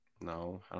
no